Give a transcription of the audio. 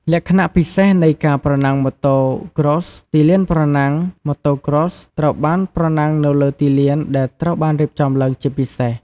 លក្ខណៈពិសេសនៃការប្រណាំង Motocross ទីលានប្រណាំង: Motocross ត្រូវបានប្រណាំងនៅលើទីលានដែលត្រូវបានរៀបចំឡើងជាពិសេស។